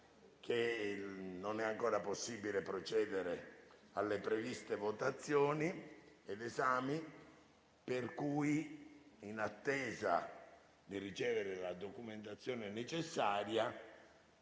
non è ancora possibile procedere alle previste votazioni. Pertanto, in attesa di ricevere la documentazione necessaria